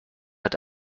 hat